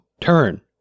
turn